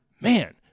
Man